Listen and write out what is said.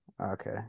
Okay